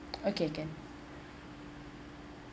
okay can